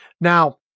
Now